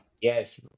Yes